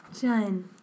Done